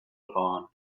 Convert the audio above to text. upon